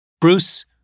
Bruce